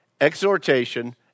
exhortation